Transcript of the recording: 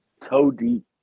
Toe-deep